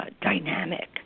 dynamic